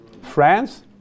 France